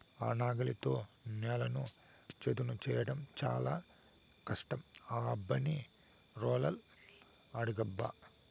ఆ నాగలితో నేలను చదును చేయడం చాలా కష్టం ఆ యబ్బని రోలర్ అడుగబ్బా